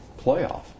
playoff